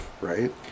Right